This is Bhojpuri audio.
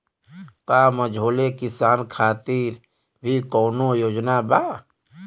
का मझोले किसान खातिर भी कौनो योजना बा?